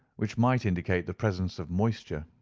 which might indicate the presence of moisture.